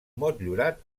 motllurat